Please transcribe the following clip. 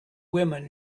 women